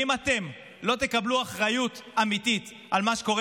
ואם אתם לא תקבלו אחריות אמיתית על מה שקורה